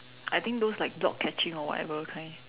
I think those like block catching or whatever kind